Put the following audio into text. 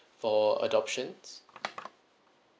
for adoptions